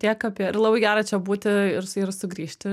tiek apie ir labai gera čia būti ir su ir sugrįžti